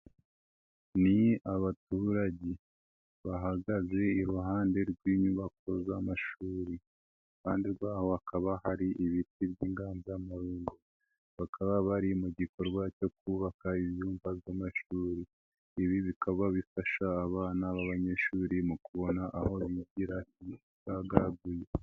Ni abaturage, bahagaze iruhande rw'inyubako z'amashuri. Iruhande rwaho hakaba hari ibiti by'inganzamarumbu, bakaba bari mu gikorwa cyo kubaka ibyumba by'amashuri. Ibi bikaba bifasha abana b'abanyeshuri mu kubona aho bigira bisagaguye.